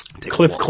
Cliff